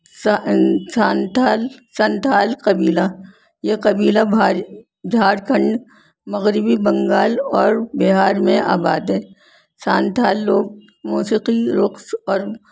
سا سانتھال سنتھال قبیلہ یہ قبیلہ بھاری جھارکھنڈ مغربی بنگال اور بہار میں آباد ہے سانتھال لوگ موسیقی رقص اور